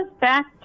back